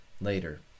later